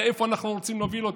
לאיפה אנחנו רוצים להוביל אותה.